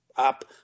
up